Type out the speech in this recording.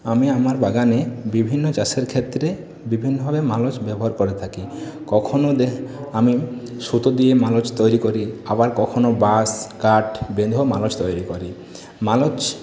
আমি আমার বাগানে বিভিন্ন চাষের ক্ষেত্রে বিভিন্নভাবে মালচ ব্যবহার করে থাকি কখনও আমি সুতো দিয়ে মালচ তৈরি করি আবার কখনও বাঁশ কাঠ বেঁধেও মালচ তৈরি করি মালচ